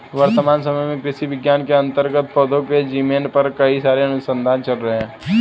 वर्तमान समय में कृषि विज्ञान के अंतर्गत पौधों के जीनोम पर कई सारे अनुसंधान चल रहे हैं